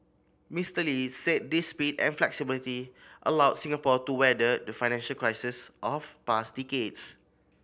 Mister Lee said this speed and flexibility allowed Singapore to weather the financial crises of past decades